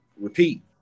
repeat